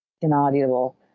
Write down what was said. inaudible